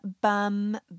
bum